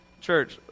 church